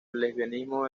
lesbianismo